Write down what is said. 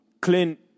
Clint